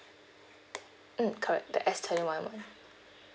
mm correct the S twenty one one